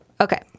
Okay